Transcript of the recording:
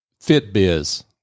FitBiz